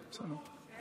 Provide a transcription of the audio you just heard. מה